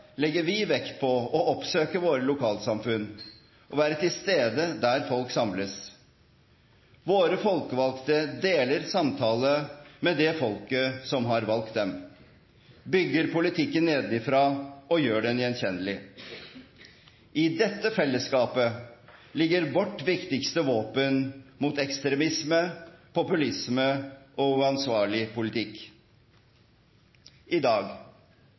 legger vi vekt på å oppsøke våre lokalsamfunn og være til stede der folk samles. Våre folkevalgte deler samtale med det folket som har valgt dem, bygger politikken nedenfra og gjør den gjenkjennelig. I dette fellesskapet ligger vårt viktigste våpen mot ekstremisme, populisme og uansvarlig politikk. I dag,